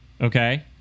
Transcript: Okay